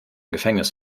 gefängnis